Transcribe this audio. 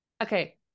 okay